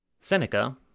Seneca